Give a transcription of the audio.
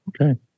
Okay